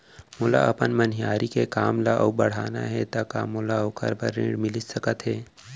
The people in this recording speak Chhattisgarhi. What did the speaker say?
मोला अपन मनिहारी के काम ला अऊ बढ़ाना हे त का मोला ओखर बर ऋण मिलिस सकत हे?